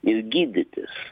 ir gydytis